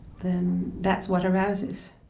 then that's what arouses.